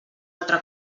altra